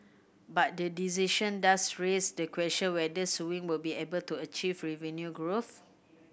but the decision does raise the question whether Sewing will be able to achieve revenue growth